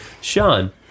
Sean